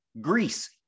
Greece